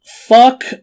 Fuck